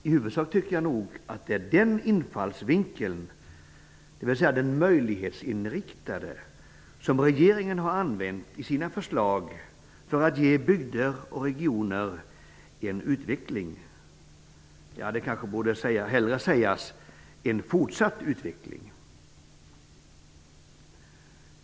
I huvudsak tycker jag att det är den infallsvinkeln, den möjlighetsinriktade, som regeringen har använt i sina förslag för att stödja bygders och regioners utveckling, eller snarare fortsatta utveckling.